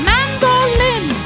Mandolin